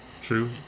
True